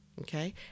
Okay